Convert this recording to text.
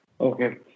Okay